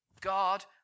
God